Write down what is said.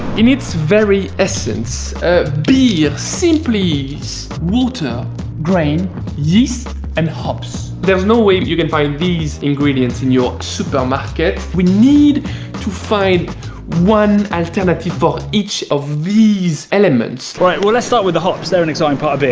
in its very essence be simply water drain yeast and hops there's no way you can find these ingredients in your supermarket we need to find one and tennety for each of these elements right when i start with the hops they're an exciting part of it.